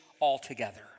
altogether